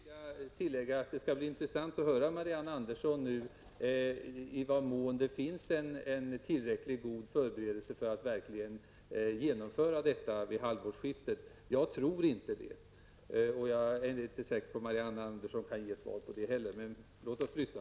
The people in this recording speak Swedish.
Herr talman! Till det vill jag tillägga att det skall bli intressant att höra av Marianne Andersson i Gislaved nu i vad mån det har gjorts tillräckliga förberedelser för att verkligen genomföra omläggningen vid halvårsskiftet. Jag tror inte det, och jag är inte säker på att Marianne Andersson kan ge något svar heller. Men låt oss lyssna!